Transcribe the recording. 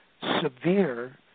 severe